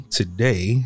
today